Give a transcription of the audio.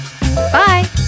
Bye